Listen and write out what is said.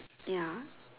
ya